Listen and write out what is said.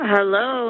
Hello